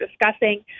discussing